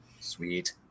Sweet